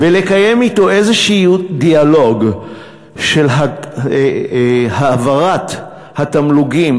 ולקיים אתו איזשהו דיאלוג של העברת התמלוגים,